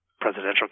presidential